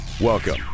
Welcome